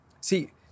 See